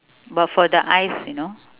but for the eyes you know